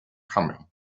coming